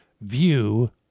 view